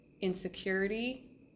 insecurity